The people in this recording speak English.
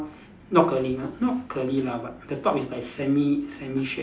not curly ah not curly lah but the top is like semi semi shape